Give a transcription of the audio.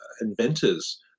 inventors